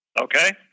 Okay